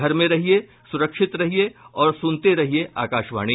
घर में रहिये सुरक्षित रहिये और सुनते रहिये आकाशवाणी